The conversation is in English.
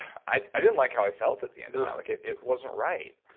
i i didn't like how i felt at the end of that. like it it wasn't right.